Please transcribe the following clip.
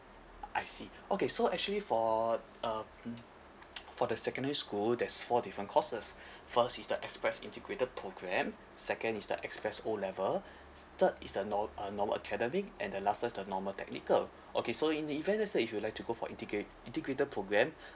I see okay so actually for uh mm for the secondary school there's four different courses first is the express integrated programme second is the express O level third is the nor~ uh normal academic and the last one's the normal technical okay so in the event let's say if you'd like to go for integrat~ integrated programme